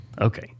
Okay